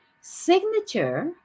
signature